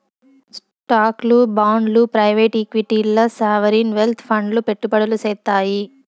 స్టాక్లు, బాండ్లు ప్రైవేట్ ఈక్విటీల్ల సావరీన్ వెల్త్ ఫండ్లు పెట్టుబడులు సేత్తాయి